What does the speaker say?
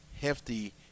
hefty